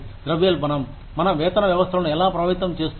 ద్రవ్యోల్బణం మన వేతన వ్యవస్థలను ఎలా ప్రభావితం చేస్తుంది